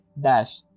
dash